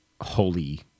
holy